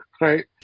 Right